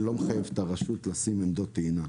אני לא מחייב את הרשות לשים עמדות טעינה.